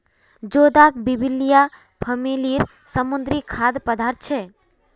जोदाक बिब्लिया फॅमिलीर समुद्री खाद्य पदार्थ छे